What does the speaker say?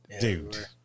Dude